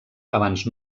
abans